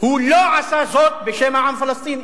הוא לא עשה זאת בשם העם הפלסטיני.